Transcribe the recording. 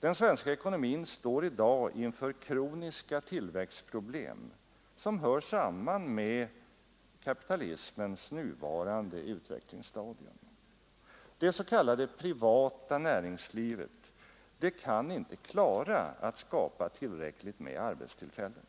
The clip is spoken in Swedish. Den svenska ekonomin står i dag inför kroniska tillväxtproblem, som hör samman med kapitalismens nuvarande utvecklingsstadium. Det s.k. privata näringslivet kan inte klara att skapa tillräckligt med arbetstillfällen.